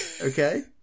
Okay